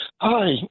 Hi